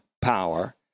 power